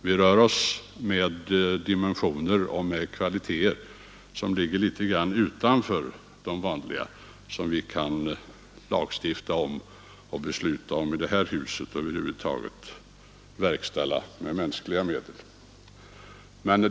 Vi rör oss med dimensioner och med kvaliteter som ligger litet grand utanför de vanliga, som vi kan lagstifta om och besluta om i det här huset och över huvud taget verkställa med mänskliga medel.